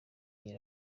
iyo